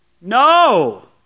no